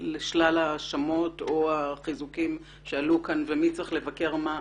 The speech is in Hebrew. לשלל ההאשמות שעלו כאן ומי צריך לבקר מה.